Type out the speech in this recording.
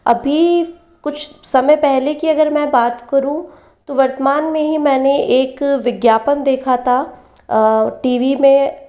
अभी कुछ समय पहले की अगर मैं बात करूँ तो वर्तमान में ही मैंने एक विज्ञापन देखा था टी वी में